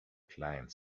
client